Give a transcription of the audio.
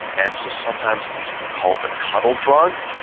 and so sometimes it's been called the cuddle drug.